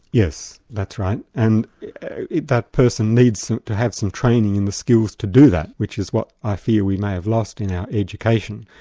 yes, that's right. and that person needs to have some training in the skills to do that, which is what i fear we may have lost in our education.